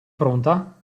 pronta